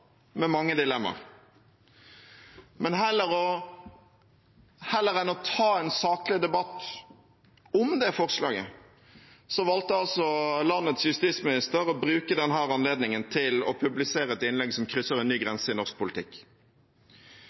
med mange dilemmaer. Men heller enn å ta en saklig debatt om det forslaget valgte altså landets justisminister å bruke denne anledningen til å publisere et innlegg som krysser en ny grense i norsk politikk.